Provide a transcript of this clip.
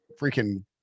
freaking